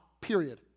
period